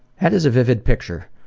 that is a vivid picture.